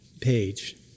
page